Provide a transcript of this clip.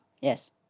yes